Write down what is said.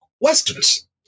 Westerns